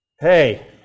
Hey